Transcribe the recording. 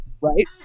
right